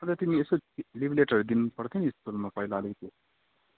अन्त तिमी यसो लिभ लेटरहरू दिनु पर्थ्यो नि स्कुलमा पैला अलिकति